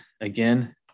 Again